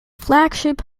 flagship